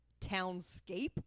townscape